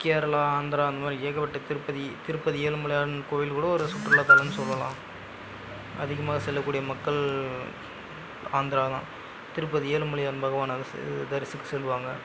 கேரளா ஆந்திரா அந்த மாதிரி ஏகப்பட்ட திருப்பதி திருப்பதி ஏழுமலையான் கோவில் கூட ஒரு சுற்றுலாத்தளம்னு சொல்லலாம் அதிகமாக செல்லக்கூடிய மக்கள் ஆந்திரா தான் திருப்பதி ஏழுமலையான் பகவான் அகசு தரிசிக்க செல்வாங்க